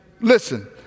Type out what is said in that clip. Listen